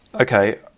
okay